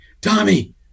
Tommy